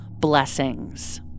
blessings